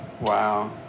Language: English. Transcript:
wow